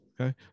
Okay